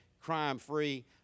crime-free